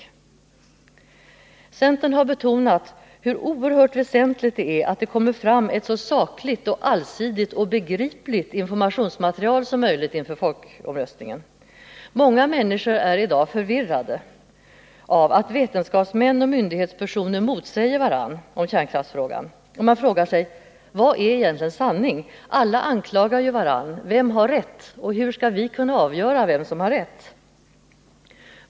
Centern har betonat hur oerhört väsentligt det är att det kommer fram ett så sakligt, allsidigt och begripligt informationsmaterial som möjligt inför folkomröstningen. Många människor är i dag förvirrade av att vetenskapsmän och myndighetspersoner motsäger varandra om kärnkraften, och man frågar sig: Vad är egentligen sanning? Alla anklagar ju varandra — vem har rätt? Hur skall vi kunna avgöra vem som har rätt?